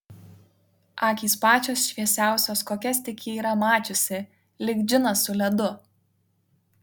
akys pačios šviesiausios kokias tik ji yra mačiusi lyg džinas su ledu